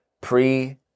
pre